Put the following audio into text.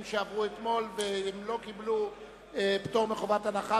שעברו אתמול והם לא קיבלו פטור מחובת הנחה,